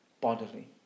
bodily